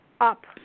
up